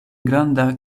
granda